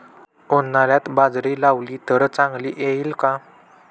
उन्हाळ्यात बाजरी लावली तर चांगली येईल का?